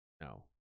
No